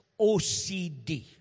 OCD